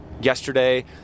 yesterday